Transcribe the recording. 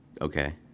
Okay